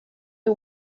who